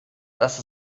dass